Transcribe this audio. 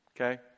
okay